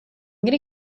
gonna